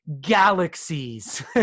galaxies